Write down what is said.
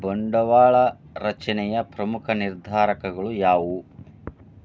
ಬಂಡವಾಳ ರಚನೆಯ ಪ್ರಮುಖ ನಿರ್ಧಾರಕಗಳು ಯಾವುವು